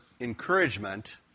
encouragement